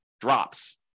drops